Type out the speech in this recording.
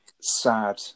sad